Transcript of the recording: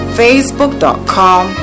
facebook.com